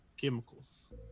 chemicals